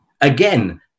Again